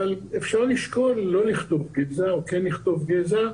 אפשר לשקול לא לכתוב גזע או כן לכתוב גזע,